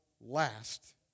last